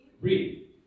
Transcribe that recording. Read